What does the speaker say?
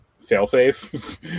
fail-safe